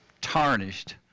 tarnished